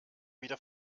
wieder